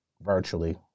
virtually